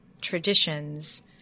traditions